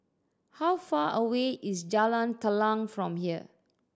how far away is Jalan Telang from here